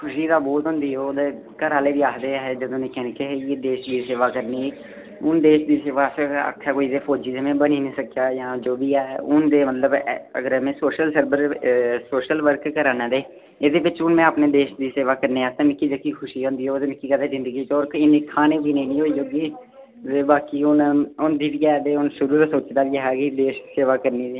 खुशी तां बहुत होंदी ओह् ते घरै आह्ले बी आखदे हे अ'हें जदूं निक्के निक्के हे जे देश दी सेवा करनी ही हून देश दी सेवा आस्तै आक्खै कोई ते फौजी ते में बनी निं सकेआ जां जो बी ऐ हून ते मतलब अगर में सोशल सर्विस सोशल वर्क करा नां ते एह्दे बिच्च हून में अपने देश दी सेवा करने आस्तै मिक्की जेह्की खुशी होंदी ओह् ते मिक्की कदें जिंदगी च होर की निं खाने पीने च होई होनी ते बाकी हून होंदी बी है ते शुरू दा सोच्चे दा बी ऐ हा जे देश सेवा करनी में